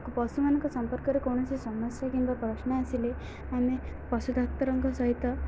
ପଶୁମାନଙ୍କ ସମ୍ପର୍କରେ କୌଣସି ସମସ୍ୟା କିମ୍ବା ପ୍ରଶ୍ନ ଆସିଲେ ଆମେ ପଶୁ ଡ଼ାକ୍ତରଙ୍କ ସହିତ